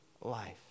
life